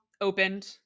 opened